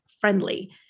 friendly